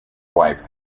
wife